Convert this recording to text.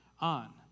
on